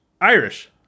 Irish